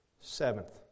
Seventh